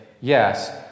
yes